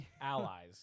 allies